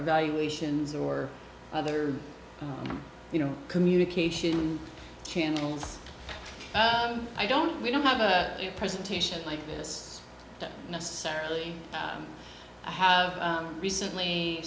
evaluations or other you know communication channels i don't we don't have a presentation like this necessarily i have recently